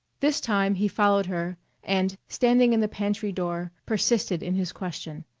this time he followed her and, standing in the pantry door, persisted in his question.